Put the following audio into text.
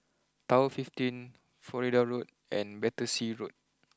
Tower fifteen Florida Road and Battersea Road